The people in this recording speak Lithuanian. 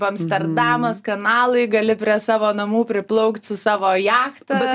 amsterdamas kanalai gali prie savo namų priplaukt su savo jachta